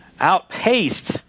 outpaced